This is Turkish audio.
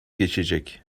geçecek